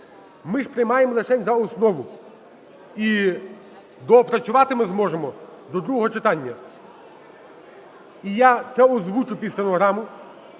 Ми приймаємо лишень за основу і доопрацювати ми зможемо до другого читання. І я це озвучу під стенограму,